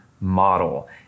model